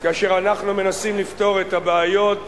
כאשר אנחנו מנסים לפתור את הבעיות היום,